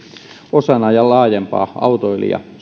osana laajempaa autoilija